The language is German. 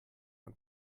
ein